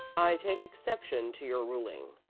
i take exception to your ruling,